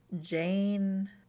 Jane